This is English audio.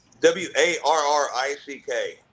w-a-r-r-i-c-k